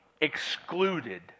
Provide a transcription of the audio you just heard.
excluded